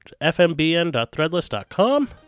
fmbn.threadless.com